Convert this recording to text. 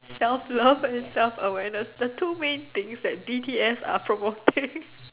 self love and self awareness the two main things that D_T_S are promoting